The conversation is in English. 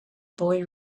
boy